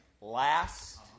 last